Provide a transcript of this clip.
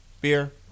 beer